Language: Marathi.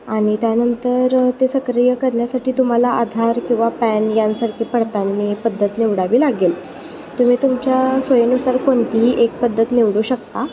आणि त्यानंतर ते सक्रिय करण्यासाठी तुम्हाला आधार किंवा पॅन यासारखी पडताळणी पद्धत निवडावी लागेल तुम्ही तुमच्या सोयीनुसार कोणतीही एक पद्धत निवडू शकता